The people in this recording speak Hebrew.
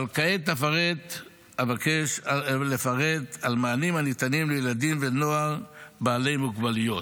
אבל כעת אבקש לפרט על מענים הניתנים לילדים ונוער בעלי מוגבלויות.